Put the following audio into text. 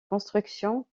constructions